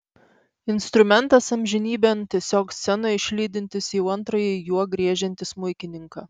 instrumentas amžinybėn tiesiog scenoje išlydintis jau antrąjį juo griežiantį smuikininką